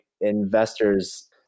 investors